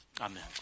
Amen